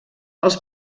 els